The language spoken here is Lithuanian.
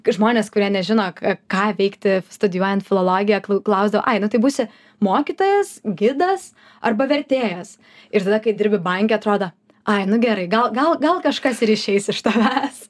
žmonės kurie nežino ką veikti studijuojant filologiją klausdavo ai nu tai būsi mokytojas gidas arba vertėjas ir tada kai dirbi banke atrodo ai nu gerai gal gal gal kažkas ir išeis iš tavęs